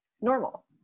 normal